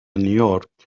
نيويورك